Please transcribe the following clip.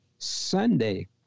Sunday